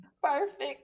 Perfect